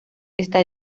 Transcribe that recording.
esta